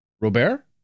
Robert